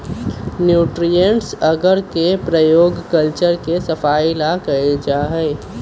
nutrients अगर के प्रयोग कल्चर के सफाई ला कइल जाहई